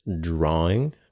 drawing